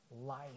life